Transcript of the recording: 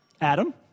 Adam